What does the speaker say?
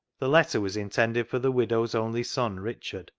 the letter was intended for the widow's only son richard,